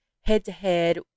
head-to-head